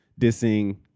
dissing